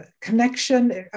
connection